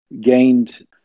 gained